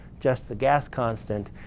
just the gas constant.